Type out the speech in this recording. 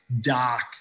dark